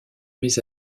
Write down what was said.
mes